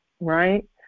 right